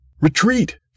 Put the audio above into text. Retreat